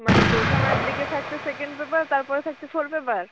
মানে প্রথমের দিকে থাকছে সেকেন্ড পেপার তারপরে থাকছে ফুল পেপার